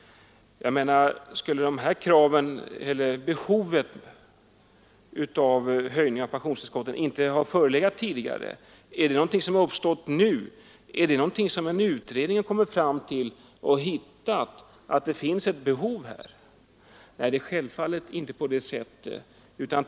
Har behovet av en höjning inte förelegat tidigare? Är det någonting som uppstått nu? Har en utredning kommit fram till att här finns ett behov? Nej, självfallet är det inte på det sättet.